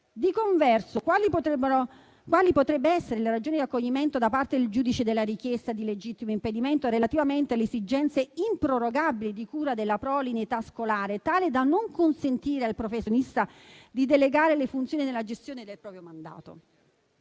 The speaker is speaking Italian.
Di converso, quali potrebbero essere le ragioni di accoglimento da parte del giudice della richiesta di legittimo impedimento relativamente alle esigenze improrogabili e di cura della prole in età scolare tale da non consentire al professionista di delegare le funzioni nella gestione del proprio mandato?